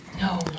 No